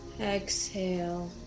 Exhale